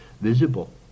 Visible